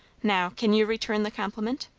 now, can you return the compliment?